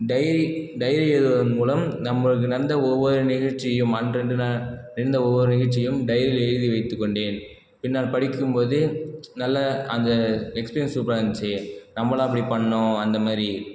diary diary எழுதுவதன் மூலம் நம்மளுக்கு நடந்த ஒவ்வொரு நிகழ்ச்சியும் அன்றன்று ந நடந்த ஒவ்வொரு நிகழ்ச்சியும் டைரியில் எழுதி வைத்துக்கொண்டேன் பின்னால் படிக்கும்போது நல்ல அந்த எக்ஸ்பீரியன்ஸ் சூப்பராக இருந்துச்சு நம்மளா இப்படி பண்ணிணோம் அந்தமாதிரி